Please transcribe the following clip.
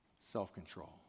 self-control